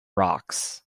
rocks